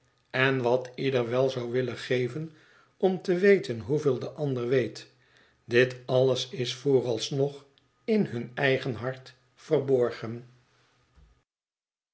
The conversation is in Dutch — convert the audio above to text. en wat ieder wel zou willen geven om te weten hoeveel de ander weet dit alles is vooralsnog in hun eigen hart verborgen